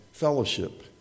fellowship